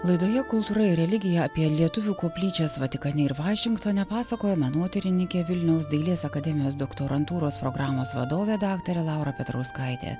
laidoje kultūra ir religija apie lietuvių koplyčias vatikane ir vašingtone pasakojo menotyrininkė vilniaus dailės akademijos doktorantūros programos vadovė daktarė laura petrauskaitė